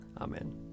Amen